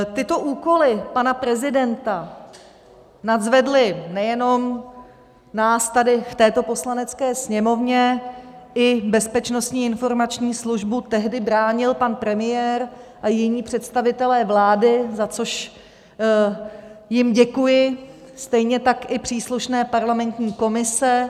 Tyto úkoly pana prezidenta nadzvedly nejenom nás tady v této Poslanecké sněmovně, i Bezpečnostní informační službu bránil pan premiér a jiní představitelé vlády, za což jim děkuji, stejně tak i příslušné parlamentní komise.